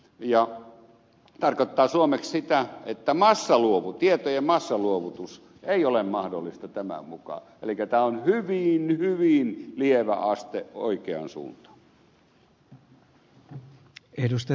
se tarkoittaa suomeksi sitä että tietojen massaluovutus ei ole mahdollista tämän mukaan elikkä tämä on hyvin hyvin lievä aste oikeaan suuntaan